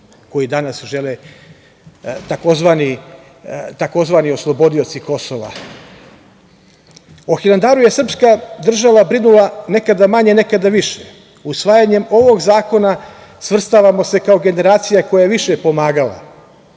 koji danas žele tzv. oslobodioci Kosova.O Hilandaru je srpska država brinula nekada manje, nekada više. Usvajanjem ovog zakona svrstavamo se kao generacija koja je više pomagala.